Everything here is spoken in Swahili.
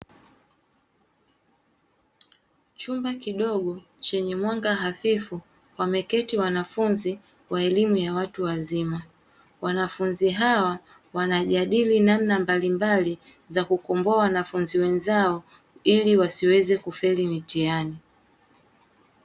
Chumba kidogo chenye mwanga hafifu wameketi wanafunzi wa elimu ya watu wazima, wanafunzi hao wanajadili namna mbalimbali za kukomboa wanafunzi wenzao ili wasiweze kufeli mitihani.